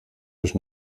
durch